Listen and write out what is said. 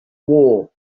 war